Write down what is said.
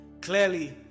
Clearly